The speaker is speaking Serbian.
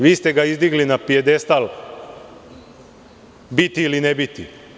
Vi ste ga izdigli na pijadestal biti ili ne biti.